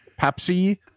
Pepsi